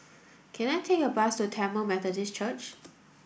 can I take a bus to Tamil Methodist Church